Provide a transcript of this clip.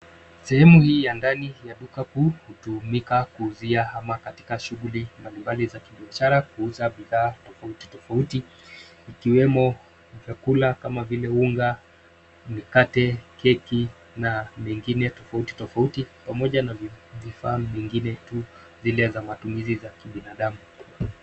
Sehemu hii ya ndani ya duka kuu, hutumika kuuzia ama katika shughuli mbali mbali za kibiashara. Huuza bidhaa tofauti tofauti, ikiwemo vyakula kama vile unga, mikate, keki, na mengine tofauti tofauti, pamoja na vifaa vingine tu zile za matumizi za kibinadamu.